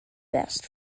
best